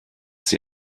sie